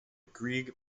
grieg